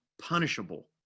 punishable